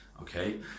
Okay